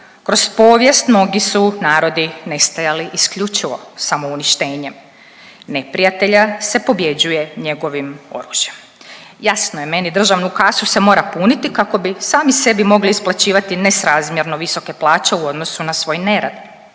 Kroz povijest mnogi su narodi nestajali isključivo samouništenjem. Neprijatelja se pobjeđuje njegovim oružjem. Jasno je meni državnu kasu se mora puniti kako bi sami sebi mogli isplaćivati nesrazmjerno visoke plaće u odnosu na svoj nerad.